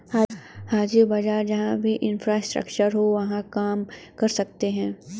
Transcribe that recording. हाजिर बाजार जहां भी इंफ्रास्ट्रक्चर हो वहां काम कर सकते हैं